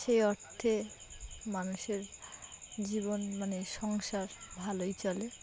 সেই অর্থে মানুষের জীবন মানে সংসার ভালোই চলে